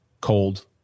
cold